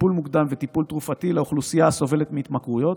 טיפול מוקדם וטיפול תרופתי לאוכלוסייה הסובלת מהתמכרויות,